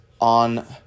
on